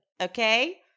Okay